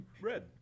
Red